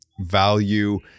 value